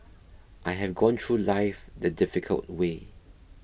I have gone through life the difficult way